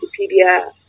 Wikipedia